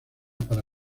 para